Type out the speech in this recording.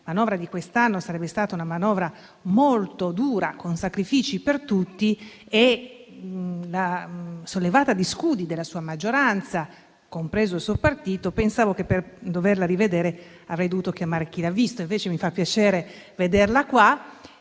la manovra di quest'anno sarebbe stata molto dura e con sacrifici per tutti, e dopo la sollevata di scudi della sua maggioranza, compreso il suo partito, pensavo che, per doverla rivedere, avrei dovuto chiamare «Chi l'ha visto?». Mi fa invece piacere vederla in